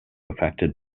affected